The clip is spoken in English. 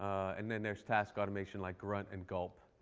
and then there's task automation like grunt and gulp.